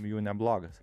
jų neblogas